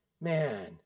Man